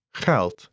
geld